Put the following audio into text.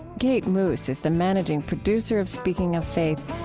kate moos is the managing producer of speaking of faith.